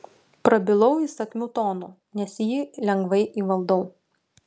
prabilau įsakmiu tonu nes jį lengvai įvaldau